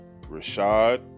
Rashad